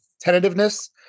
tentativeness